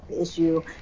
issue